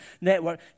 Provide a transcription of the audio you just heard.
network